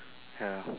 ya